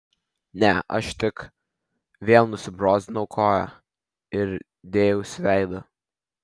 ne aš tik vėl nusibrozdinau koją ir dėjausi veidu